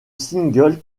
single